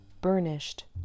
burnished